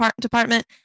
department